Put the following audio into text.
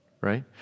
right